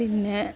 പിന്നേ